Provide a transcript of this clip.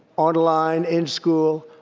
online, in school,